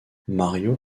mario